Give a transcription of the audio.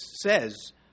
says